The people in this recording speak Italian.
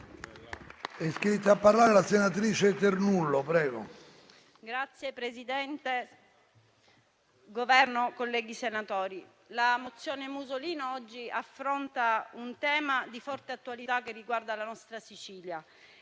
la mozione Musolino affronta oggi un tema di forte attualità, che riguarda la nostra Sicilia.